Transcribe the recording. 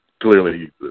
clearly